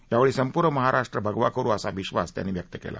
यावेळी संपूर्ण महाराष्ट्र भा वा करु असा विश्वास त्यांनी व्यक्त केला